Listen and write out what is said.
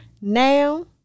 now